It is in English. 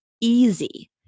easy